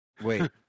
Wait